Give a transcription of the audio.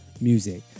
music